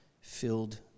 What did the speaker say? filled